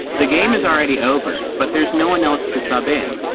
the game is already over but there's no one else to sub in.